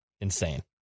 insane